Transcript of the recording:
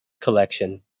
collection